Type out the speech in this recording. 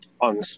on